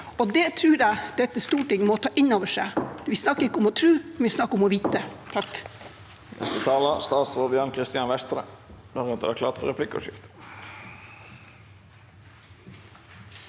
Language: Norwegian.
Det tror jeg dette Stortinget må ta inn over seg. Vi snakker ikke om å tro. Vi snakker om å vite.